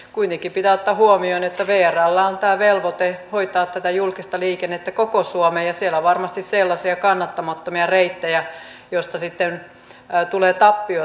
kuitenkin pitää ottaa huomioon että vrllä on tämä velvoite hoitaa tätä julkista liikennettä koko suomeen ja siellä on varmasti sellaisia kannattamattomia reittejä joista sitten tulee tappiota